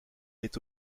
est